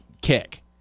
kick